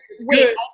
wait